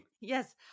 Yes